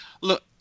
look